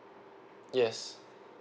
yes